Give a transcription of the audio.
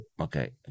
Okay